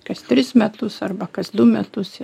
kas tris metus arba kas du metus